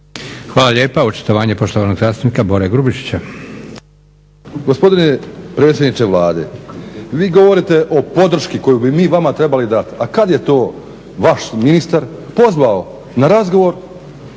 Hvala lijepo. Očitovanje poštovanog zastupnika Boro Grubišića. **Grubišić, Boro (HDSSB)** Gospodine predsjedniče Vlade vi govorite o podrški koju bi mi vama trebali dati, a kad je to vaš ministar pozvao na razgovor